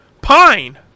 Pine